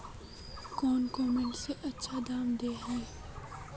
कौन मार्केट में अच्छा दाम दे है?